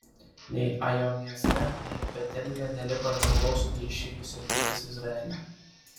nei ajo mieste nei betelyje neliko žmogaus neišėjusio vytis izraelio